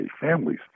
families